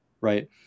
Right